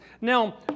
Now